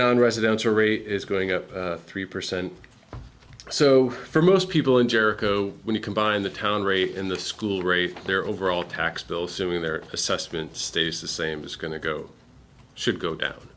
nonresidential rate is going up three percent so for most people in jericho when you combine the town rate in the school rate their overall tax bill so in their assessment stays the same it's going to go should go down